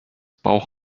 bauch